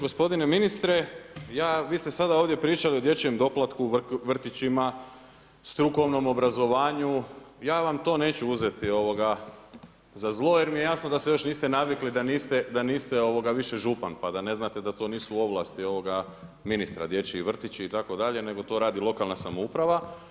Gospodine ministre, vi ste sada ovdje pričali o dječjem doplatku, vrtićima, strukovnom obrazovanju, ja vam to neću uzeti za zlo jer mi je jasno da ste još niste navikli da niste više župan pa da ne znate da to nisu ovlasti ovog ministra dječji vrtići itd. nego to radi lokalna samouprava.